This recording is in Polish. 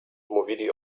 mówili